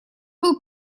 был